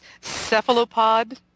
Cephalopod